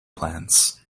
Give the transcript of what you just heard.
plans